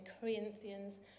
Corinthians